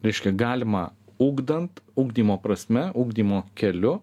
reiškia galima ugdant ugdymo prasme ugdymo keliu